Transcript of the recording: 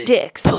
Dicks